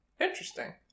Interesting